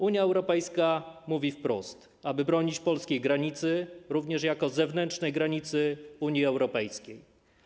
Unia Europejska mówi wprost, aby bronić polskiej granicy również jako zewnętrznej granicy Unii Europejskiej.